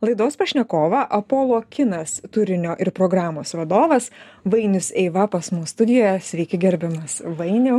laidos pašnekovą apolo kinas turinio ir programos vadovas vainius eiva pas mus studijoje sveiki gerbiamas vainiau